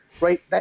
Right